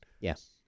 Yes